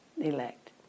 elect